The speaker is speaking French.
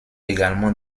également